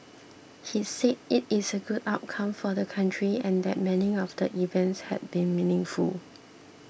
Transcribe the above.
he said it is a good outcome for the country and that many of the events had been meaningful